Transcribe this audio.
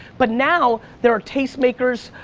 but now, there are taste makers